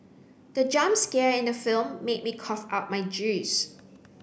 the jump scare in the film made me cough out my juice